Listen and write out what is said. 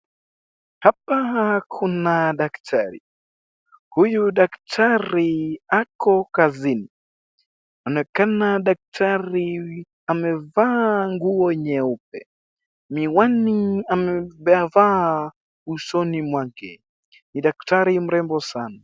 Hapa kuna daktari. Huyu daktari ako kazini. Anaonekana daktari amevaa nguo nyeupe. Miwani amevaa usoni mwake. Ni daktari mrembo sana.